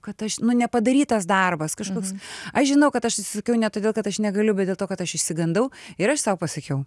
kad aš nu nepadarytas darbas kažkoks aš žinau kad aš atsisakiau ne todėl kad aš negaliu bet dėl to kad aš išsigandau ir aš sau pasakiau